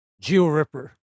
Geo-ripper